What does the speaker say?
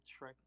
Shrek